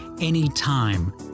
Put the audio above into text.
anytime